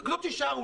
הנקודות יישארו.